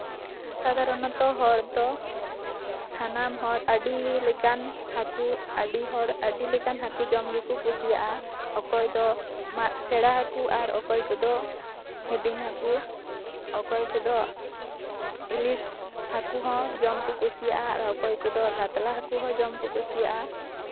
ᱥᱟᱫᱷᱟᱨᱚᱱᱚᱛᱚ ᱦᱚᱲ ᱫᱚ ᱥᱟᱱᱟᱢ ᱦᱚᱲ ᱟᱹᱰᱤ ᱞᱮᱠᱟᱱ ᱦᱟᱹᱠᱩ ᱟᱹᱰᱤ ᱦᱚᱲ ᱟᱹᱰᱤ ᱞᱮᱠᱟᱱ ᱦᱟᱹᱠᱩ ᱡᱚᱢ ᱜᱮᱠᱚ ᱠᱩᱥᱤᱭᱟᱜᱼᱟ ᱚᱠᱚᱭ ᱫᱚ ᱢᱟᱜ ᱥᱮᱬᱟ ᱦᱟᱹᱠᱩ ᱟᱨ ᱚᱠᱚᱭ ᱠᱚᱫᱚ ᱦᱩᱰᱤᱧ ᱦᱟᱹᱠᱩ ᱚᱠᱚᱭ ᱠᱚᱫᱚ ᱤᱞᱤᱥ ᱦᱟᱹᱠᱩ ᱦᱚᱸ ᱡᱚᱢ ᱠᱚ ᱠᱩᱥᱤᱭᱟᱜᱼᱟ ᱟᱨ ᱚᱠᱚᱭ ᱠᱚᱫᱚ ᱠᱟᱛᱞᱟ ᱦᱟᱹᱠᱩ ᱦᱚᱸ ᱡᱚᱢ ᱠᱚ ᱠᱩᱥᱤᱭᱟᱜᱼᱟ